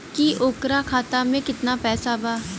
की ओकरा खाता मे कितना पैसा बा?